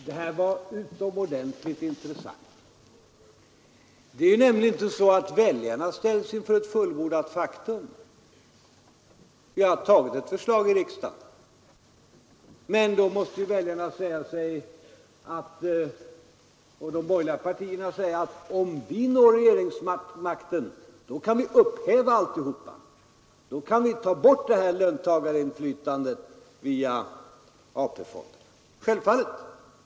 Herr talman! Det här var utomordentligt intressant. Det är nämligen inte så att väljarna ställs inför ett fullbordat faktum. Om vi har bifallit ett förslag i riksdagen, kan ju de borgerliga partierna säga till väljarna att om de når regeringsmakten, så kommer de att upphäva förslaget och ta bort detta löntagarinflytande via AP-fonderna. Och det kan de självfallet göra.